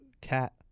cat